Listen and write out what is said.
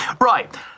Right